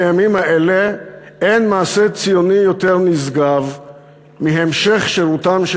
בימים האלה אין מעשה ציוני יותר נשגב מהמשך שירותם של